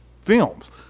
films